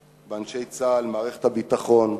באנשי צה"ל ומערכת הביטחון,